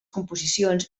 composicions